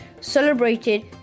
celebrated